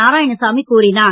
நாராயணசாமி கூறினார்